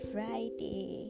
Friday